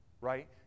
Right